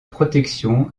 protection